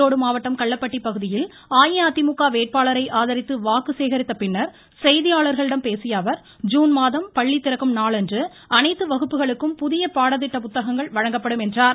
ஈரோடு மாவட்டம் கள்ளப்பட்டி பகுதியில் அஇஅதிமுக வேட்பாளரை ஆதரித்து வாக்கு சேகரித்த பின்னர் செய்தியாளர்களிடம் பேசியஅவர் ஜுன் மாதம் பள்ளி திறக்கும் நாள் அன்று அனைத்து வகுப்புகளுக்கும் புதிய பாடத்திட்ட புத்தகங்கள் வழங்கப்படும் என்றார்